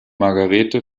margarete